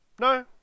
no